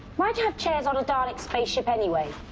why do you have chairs on a dalek spaceship anyway?